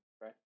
right